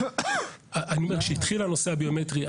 כשהתחיל הנושא הביומטרי,